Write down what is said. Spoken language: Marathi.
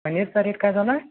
पनीरचा रेट काय चालला आहे